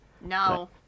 no